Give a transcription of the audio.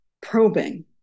probing